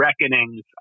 reckonings